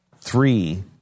Three